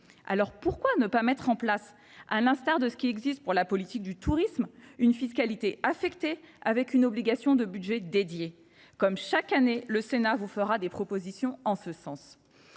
pourquoi ne pas mettre en place, à l’instar de ce qui existe pour la politique du tourisme, une fiscalité affectée avec une obligation de budget dédié ? Comme chaque année, le Sénat vous fera des propositions en ce sens,